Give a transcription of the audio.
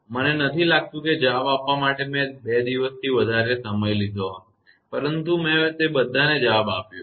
મને નથી લાગતું કે જવાબ આપવા માટે મેં બે દિવસથી વધુનો સમય લીધો છે પરંતુ મેં તે બધાને જવાબ આપ્યો છે